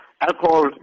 alcohol